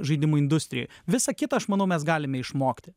žaidimų industrijoj visą kitą aš manau mes galime išmokti